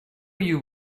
you